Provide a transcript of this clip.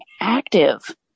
active